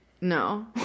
no